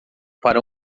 para